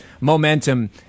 momentum